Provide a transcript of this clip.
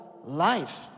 life